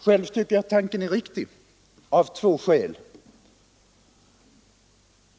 Själv tycker jag att tanken är riktig av två skäl.